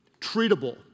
treatable